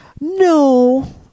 No